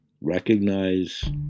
recognize